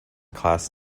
class